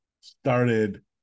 started